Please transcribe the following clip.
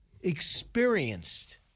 experienced